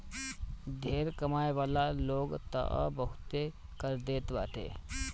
ढेर कमाए वाला लोग तअ बहुते कर देत बाटे